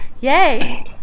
Yay